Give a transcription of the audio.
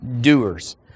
doers